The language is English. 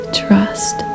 trust